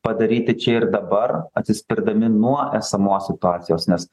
padaryti čia ir dabar atsispirdami nuo esamos situacijos nes